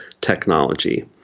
technology